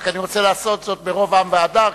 רק אני רוצה לעשות זאת ברוב עם והדר,